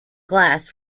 glass